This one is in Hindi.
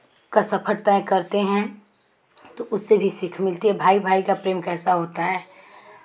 का सफ़र तय करते हैं उससे भी सीख मिलती है भाई भाई का प्रेम कैसा होता है